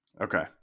okay